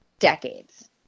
decades